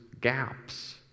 gaps